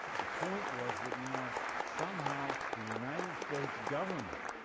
the point was that now somehow the united states government